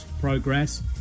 progress